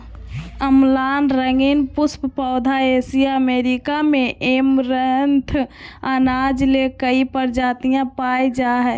अम्लान रंगीन पुष्प पौधा एशिया अमेरिका में ऐमारैंथ अनाज ले कई प्रजाति पाय जा हइ